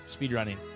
speedrunning